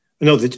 no